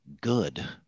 good